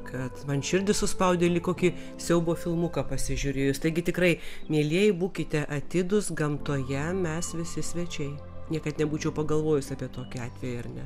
kad man širdį suspaudė lyg kokį siaubo filmuką pasižiūrėjus taigi tikrai mielieji būkite atidūs gamtoje mes visi svečiai niekad nebūčiau pagalvojus apie tokį atvejį ar ne